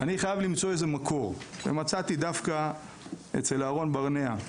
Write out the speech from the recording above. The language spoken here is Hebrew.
חייב למצוא איזה מקור ומצאתי דווקא אצל אהרון ברנע.